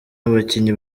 abakinyi